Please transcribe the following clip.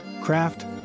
craft